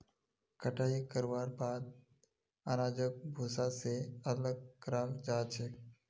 कटाई करवार बाद अनाजक भूसा स अलग कराल जा छेक